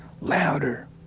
louder